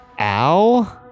Ow